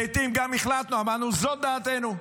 לעיתים גם החלטנו, אמרנו: זו דעתנו.